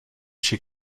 she